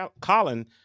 Colin